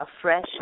afresh